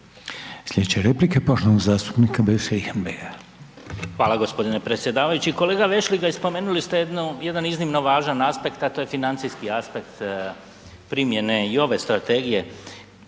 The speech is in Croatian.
Sljedeća replika poštovanog zastupnika Beus Richembergha.